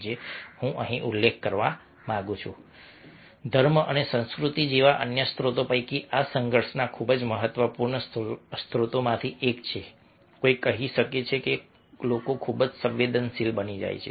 હું અહીં ઉલ્લેખ કરવા માંગુ છું કે ધર્મ અને સંસ્કૃતિ જેવા અન્ય સ્ત્રોતો પૈકી આ સંઘર્ષના ખૂબ જ મહત્વપૂર્ણ સ્ત્રોતોમાંથી એક છે કોઈ કહી શકે છે કે લોકો ખૂબ જ સંવેદનશીલ બની જાય છે